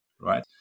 right